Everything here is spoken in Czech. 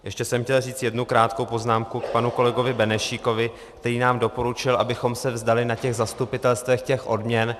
Ještě jsem chtěl říct jednu krátkou poznámku k panu kolegovi Benešíkovi, který nám doporučil, abychom se vzdali na těch zastupitelstvech odměn.